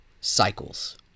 cycles